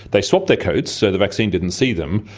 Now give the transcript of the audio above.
they swapped their coats, so the vaccine didn't see them.